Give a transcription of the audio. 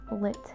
lit